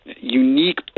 unique